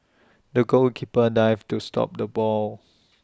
the goal A keeper dived to stop the ball